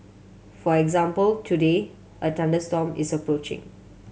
for example today a thunderstorm is approaching